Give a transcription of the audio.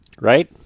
right